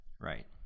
Right